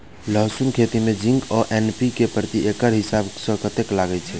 लहसून खेती मे जिंक आ एन.पी.के प्रति एकड़ हिसाब सँ कतेक लागै छै?